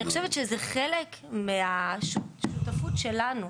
בכל מקרה, אני חושבת שזה חלק מהשותפות שלנו.